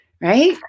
Right